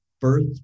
birth